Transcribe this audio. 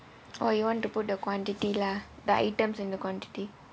or you want to put the quantity lah the items in the quantity